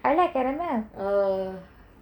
I like caramel